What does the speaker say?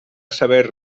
saber